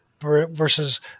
versus